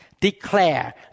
declare